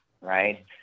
right